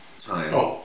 time